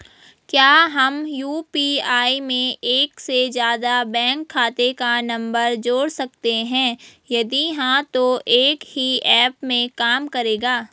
क्या हम यु.पी.आई में एक से ज़्यादा बैंक खाते का नम्बर जोड़ सकते हैं यदि हाँ तो एक ही ऐप में काम करेगा?